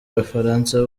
abafaransa